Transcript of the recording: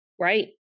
Right